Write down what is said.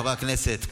חברי הכנסת,